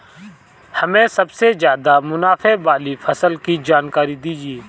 हमें सबसे ज़्यादा मुनाफे वाली फसल की जानकारी दीजिए